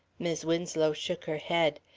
mis' winslow shook her head.